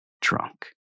drunk